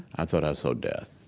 i thought i saw death.